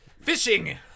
fishing